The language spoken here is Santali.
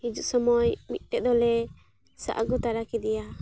ᱦᱤᱡᱩᱜ ᱥᱚᱢᱚᱭ ᱢᱤᱫᱴᱮᱡ ᱫᱚᱞᱮ ᱥᱟᱵ ᱟᱹᱜᱩᱛᱚᱨᱟ ᱠᱮᱫᱮᱭᱟ